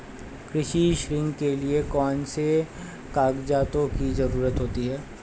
कृषि ऋण के लिऐ कौन से कागजातों की जरूरत होती है?